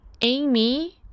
Amy